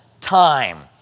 time